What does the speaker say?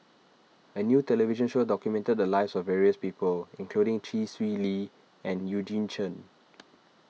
a new television show documented the lives of various people including Chee Swee Lee and Eugene Chen